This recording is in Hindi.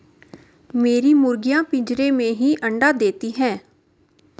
मेरी मुर्गियां पिंजरे में ही अंडा देती हैं